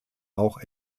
auch